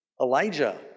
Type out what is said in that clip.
Elijah